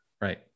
Right